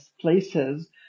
places